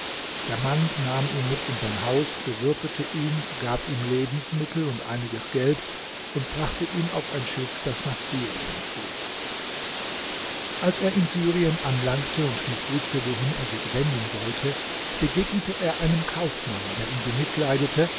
der mann nahm ihn mit in sein haus bewirtete ihn gab ihm lebensmittel und einiges geld und brachte ihn auf ein schiff das nach syrien fuhr als er in syrien anlangte und nicht wußte wohin er sich wenden sollte begegnete er einem kaufmann der ihn bemitleidete